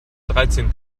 dreizehn